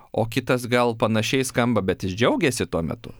o kitas gal panašiai skamba bet jis džiaugėsi tuo metu